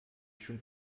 schon